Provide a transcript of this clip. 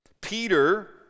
Peter